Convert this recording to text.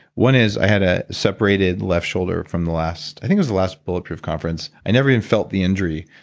one is i had a separated left shoulder from the last, i think it was the last bulletproof conference. i never even felt the injury,